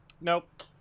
Nope